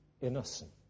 innocent